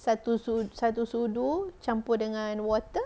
satu sudu campur dengan water